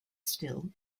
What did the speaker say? still